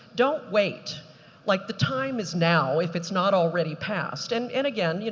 don't wait like the time is now if it's not already passed. and and again, yeah